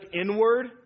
inward